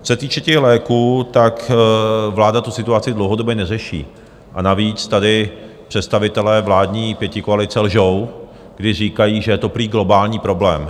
Co se týče léků, vláda situaci dlouhodobě neřeší, a navíc tady představitelé vládní pětikoalice lžou, když říkají, že je to prý globální problém.